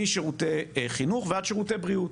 משירותי חינוך ועד שירותי בריאות.